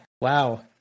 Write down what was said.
Wow